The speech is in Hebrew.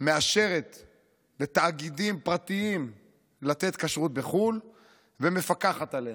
מאשרת לתאגידים פרטיים לתת כשרות בחו"ל ומפקחת עליהם,